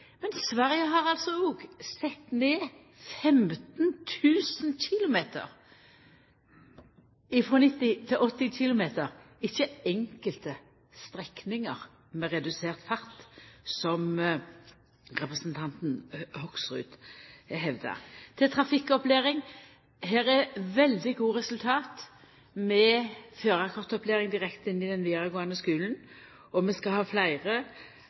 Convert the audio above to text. men Sverige har òg sett ned farten på 15 000 km veg, frå 90 km/t til 80 km/t – ikkje enkelte strekningar med redusert fart, som representanten Hoksrud hevda. Til trafikkopplæring: Her er veldig gode resultat med førarkortopplæring direkte inn i den vidaregåande skulen, og vi skal ha